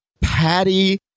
Patty